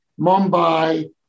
Mumbai